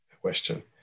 question